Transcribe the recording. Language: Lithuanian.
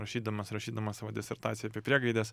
rašydamas rašydamas savo disertaciją apie priegaides